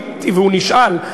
והוא נשאל: